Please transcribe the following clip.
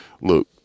look